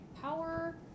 power